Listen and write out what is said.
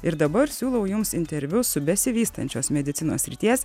ir dabar siūlau jums interviu su besivystančios medicinos srities